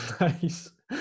Nice